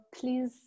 please